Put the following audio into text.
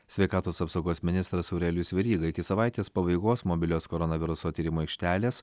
sveikatos apsaugos ministras aurelijus veryga iki savaitės pabaigos mobilios koronaviruso tyrimų aikštelės